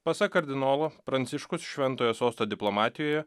pasak kardinolo pranciškus šventojo sosto diplomatijoje